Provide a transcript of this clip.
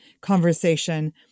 conversation